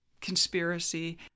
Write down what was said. conspiracy